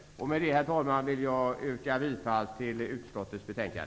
Herr talman! Jag yrkar bifall till utskottets hemställan.